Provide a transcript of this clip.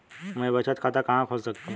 मैं बचत खाता कहां खोल सकती हूँ?